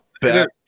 best